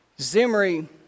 Zimri